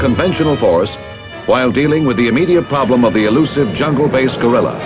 conventional force while dealing with the immediate problem of the elusive jungle based guerrilla